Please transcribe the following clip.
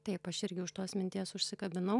taip aš irgi už tos minties užsikabinau